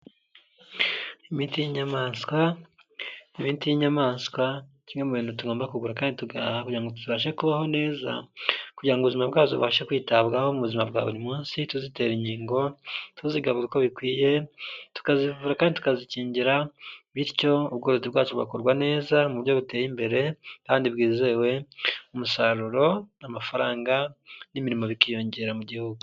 Imiti y'inyamaswa, imiti y'inyamaswa ni kimwe mu bintu tugomba kugura kandi tugaha kugirango ngo tubashe kubaho neza kugira ubuzima bwacu bubashe kwitabwaho mu buzima bwa buri munsi, tuzitera inkingo, tuzigaburira uko bikwiye tukazivura kandi tukazikingira bityo ubworozi bwacu bugakorwa neza mu buryo buteye imbere kandi bwizewe, umusaruro amafaranga n'imirimo bikiyongera mu gihugu.